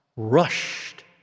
rushed